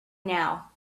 now